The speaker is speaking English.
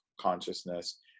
consciousness